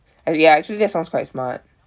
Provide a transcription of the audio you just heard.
and ya actually that sounds quite smart